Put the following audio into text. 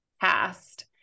past